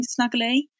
snuggly